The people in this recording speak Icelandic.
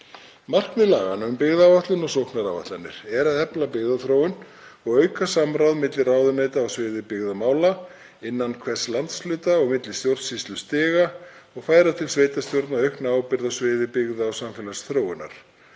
Markmið laganna um byggðaáætlun og sóknaráætlanir er að efla byggðaþróun og auka samráð milli ráðuneyta á sviði byggðamála innan hvers landshluta og milli stjórnsýslustiga og færa til sveitarstjórna aukna ábyrgð á sviði byggða- og samfélagsþróunar.